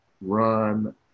run